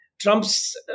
Trump's